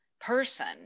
person